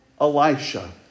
Elisha